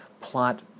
plot